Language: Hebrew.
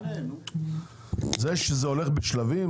זה שזה הולך בשלבים,